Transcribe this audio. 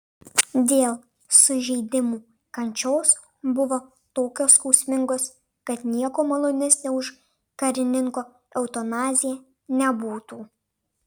dėl sužeidimų kančios buvo tokios skausmingos kad nieko malonesnio už karininko eutanaziją nebūtų